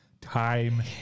time